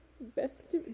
best